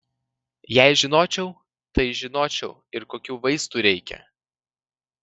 jei žinočiau tai žinočiau ir kokių vaistų reikia